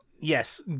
yes